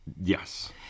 Yes